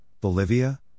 Bolivia